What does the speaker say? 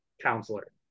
counselor